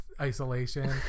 isolation